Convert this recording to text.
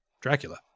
Dracula